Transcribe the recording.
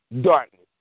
Darkness